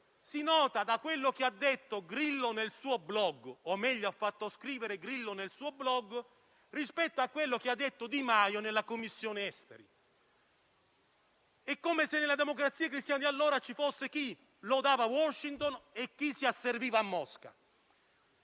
Si nota in quello che ha detto Grillo nel suo *blog* (o, meglio, ha fatto scrivere Grillo nel suo *blog*) rispetto a quello che ha detto Di Maio in Commissione esteri. È come se nella Democrazia Cristiana di allora vi fosse chi lodava Washington e chi si asserviva a Mosca.